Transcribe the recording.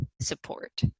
support